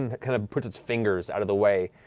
and it kind of puts its fingers out of the way,